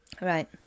right